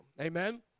Amen